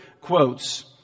quotes